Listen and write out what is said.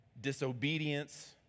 disobedience